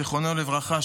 זיכרונו לברכה,